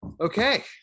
Okay